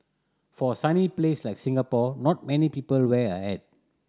for a sunny place like Singapore not many people wear a hat